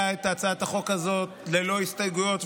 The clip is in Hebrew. שהצעת חוק טיפול בחולי נפש (הוראות לעניין מינוי חברים לוועדות),